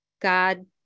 God